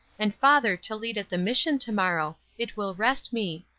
and father to lead at the mission to-morrow, it will rest me.